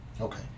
Okay